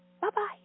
Bye-bye